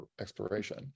exploration